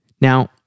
Now